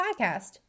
Podcast